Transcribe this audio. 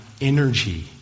energy